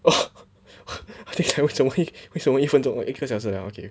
oh okay 为什么一分钟一个小时了 okay